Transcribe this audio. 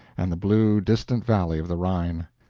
and the blue, distant valley of the rhine.